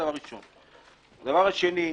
דבר שני,